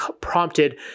prompted